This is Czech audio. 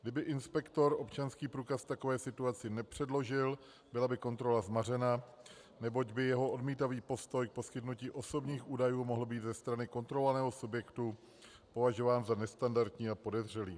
Kdyby inspektor občanský průkaz v takové situaci nepředložil, byla by kontrola zmařena, neboť by jeho odmítavý postoj k poskytnutí osobních údajů mohl být ze strany kontrolovaného subjektu považován za nestandardní a podezřelý.